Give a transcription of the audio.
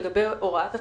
לגבי הוראת התחילה,